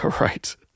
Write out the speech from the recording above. Right